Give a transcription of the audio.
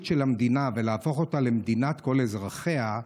של המדינה ולהפוך אותה למדינת כל אזרחיה,